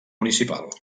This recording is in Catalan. municipal